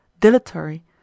dilatory